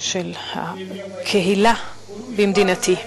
של הקהילה במדינתי,